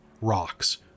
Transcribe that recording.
rocks